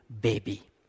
baby